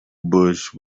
bush